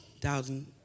doubting